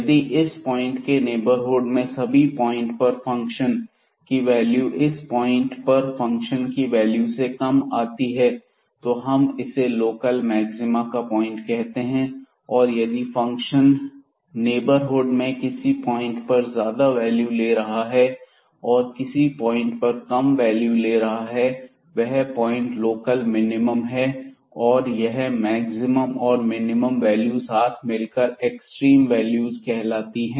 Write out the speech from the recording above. यदि इस पॉइंट के नेबरहुड में सभी पॉइंट पर फंक्शन की वैल्यू इस पॉइंट पर फंक्शन की वैल्यू से कम आती है तो हम इसे लोकल मैक्सिमा का पॉइंट कहते हैं और यदि फंक्शन नेबरहुड में किसी एक पॉइंट पर ज्यादा वैल्यू ले रहा है और किसी एक पॉइंट पर कम वैल्यू ले रहा है तो वह पॉइंट लोकल मिनिमम है और यह मैक्सिमम और मिनिमम वैल्यू साथ में मिलकर एक्सट्रीम वैल्यूज कहलाती हैं